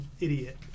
idiot